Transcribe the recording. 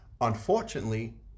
Unfortunately